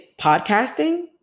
podcasting